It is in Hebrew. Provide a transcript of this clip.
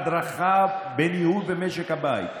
הדרכה בניהול משק הבית,